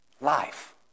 life